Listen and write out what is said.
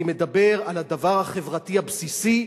אני מדבר על הדבר החברתי הבסיסי,